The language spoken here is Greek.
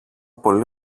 πολύ